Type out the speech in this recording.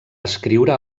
escriure